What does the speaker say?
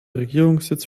regierungssitz